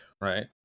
right